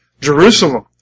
Jerusalem